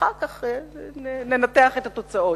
אחר כך ננתח את התוצאות.